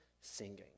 singing